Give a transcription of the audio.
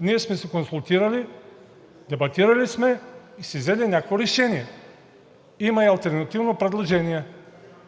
Ние сме се консултирали, дебатирали сме и сме взели някакво решение, а има и алтернативно предложение.